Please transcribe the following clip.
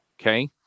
Okay